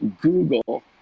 Google